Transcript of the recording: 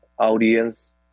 audience